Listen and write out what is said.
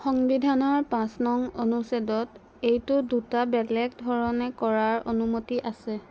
সংবিধানৰ পাঁচ নং অনুচ্ছেদত এইটো দুটা বেলেগ ধৰণে কৰাৰ অনুমতি আছে